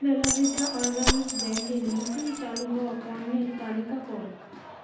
বেলা ভিটা অর্গ্যানিক ব্র্যাণ্ডের নতুন চালু হওয়া পণ্যের তালিকা করো